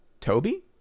Toby